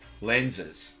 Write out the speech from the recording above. lenses